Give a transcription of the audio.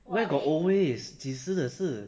where got always 几时的事